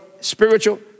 spiritual